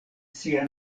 sia